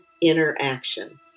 interaction